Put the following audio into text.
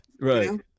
right